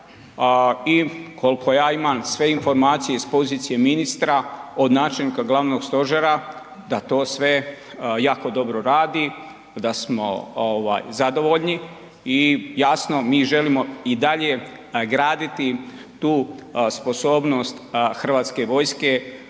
i koliko ja imam sve informacije iz pozicije ministra od načelnika glavnog stožera da to sve jako dobro radi, da smo ovaj zadovoljni i jasno mi želimo i dalje graditi tu sposobnost hrvatske vojske